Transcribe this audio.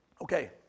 Okay